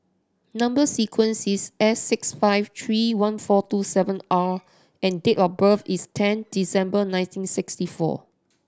number sequence is S six five three one four two seven R and date of birth is ten December nineteen sixty four